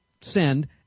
send